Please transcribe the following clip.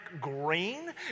green